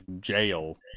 jail